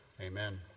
Amen